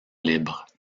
libres